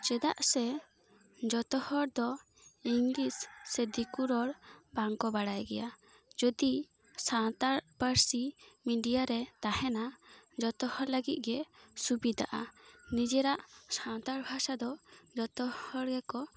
ᱪᱮᱫᱟᱜ ᱥᱮ ᱡᱚᱛᱚ ᱦᱚᱲ ᱫᱚ ᱤᱝᱞᱤᱥ ᱥᱮ ᱫᱤᱠᱩ ᱨᱚᱲ ᱵᱟᱝᱠᱚ ᱵᱟᱲᱟᱭ ᱜᱮᱭᱟ ᱡᱚᱫᱤ ᱥᱟᱱᱛᱟᱲᱤ ᱯᱟᱹᱨᱥᱤ ᱢᱤᱰᱤᱭᱟ ᱨᱮ ᱛᱟᱦᱮᱱᱟ ᱡᱚᱛᱚ ᱦᱚᱲ ᱞᱟ ᱜᱤᱫ ᱜᱮ ᱥᱩᱵᱤᱫᱟᱜᱼᱟ ᱱᱤᱡᱮᱨᱟᱜ ᱥᱟᱱᱛᱟᱲ ᱵᱷᱟᱥᱟ ᱫᱚ ᱡᱚᱛᱚ ᱦᱚᱲ ᱜᱮᱠᱚ